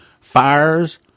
fires